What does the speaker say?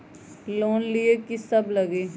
Loan लिए की सब लगी?